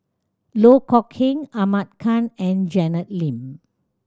Loh Kok Heng Ahmad Khan and Janet Lim